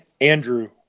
Andrew